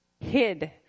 hid